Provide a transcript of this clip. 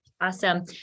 Awesome